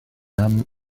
âmes